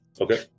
Okay